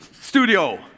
studio